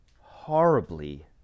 horribly